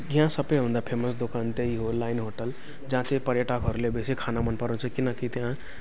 यहाँ सबैभन्दा फेमस दोकान त्यही हो लाइन होटेल जहाँ चाहिँ पर्यटाकहरूले बेसी खान मन पराउँछन् किनकि त्यहाँ